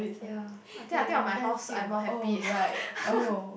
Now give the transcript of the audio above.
ya I think I think of my house I more happy